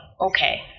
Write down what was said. Okay